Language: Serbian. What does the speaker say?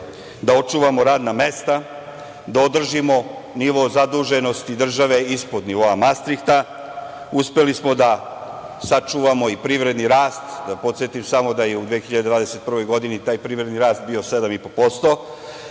da očuvamo radna mesta, da održimo nivo zaduženosti države ispod nivoa Mastrihta, uspeli smo da sačuvamo i privredni rast. Da podsetim samo da je u 2021. godini taj privredni rast bio 7,5%.